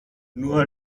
nur